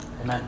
Amen